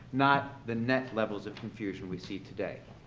not the net levels of confusion we see today.